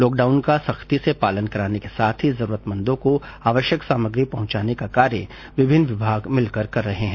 lockdown का सख्ती से पालन कराने के साथ ही जरूरतमंदों को आवश्यक सामग्री पहुंचाने का कार्य विभिन्न विभाग मिलकर कर रहे है